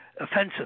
offensive